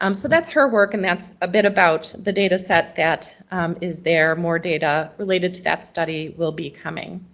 um so that's her work and that's a bit about the data set that is there. more data related to that study will be coming.